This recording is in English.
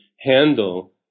handle